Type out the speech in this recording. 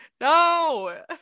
no